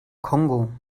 kongo